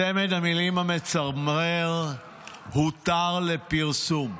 צמד המילים המצמרר "הותר לפרסום"